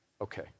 Okay